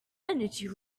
energy